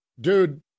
dude